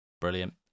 Brilliant